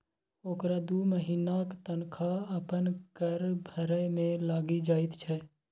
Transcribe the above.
ओकरा दू महिनाक तनखा अपन कर भरय मे लागि जाइत छै